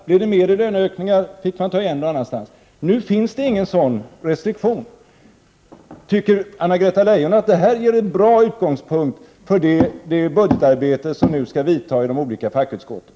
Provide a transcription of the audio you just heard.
Blev det mer i löneökningar fick man ta igen detta någon annanstans. Nu finns det ingen sådan restriktion. Tycker Anna-Greta Leijon att det här ger en bra utgångspunkt för det budgetarbete som skall vidta i de olika fackutskotten?